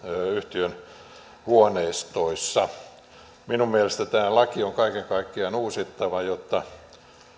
yhtiön huoneistoissa minun mielestäni tämä laki on kaiken kaikkiaan uusittava jotta